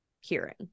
hearing